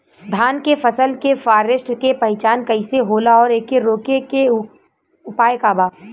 धान के फसल के फारेस्ट के पहचान कइसे होला और एके रोके के उपाय का बा?